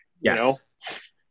yes